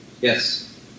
Yes